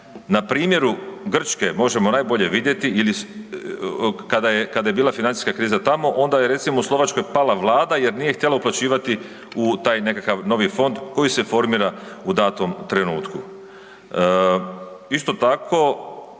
na primjeru Grčke možemo najbolje vidjeti, kada je bila financijska kriza tamo onda je recimo u Slovačkoj pala vlada jer nije htjela uplaćivati u taj nekakav novi fond koji se formira u datom trenutku.